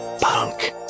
punk